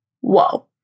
whoa